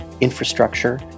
infrastructure